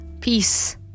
peace